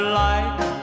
light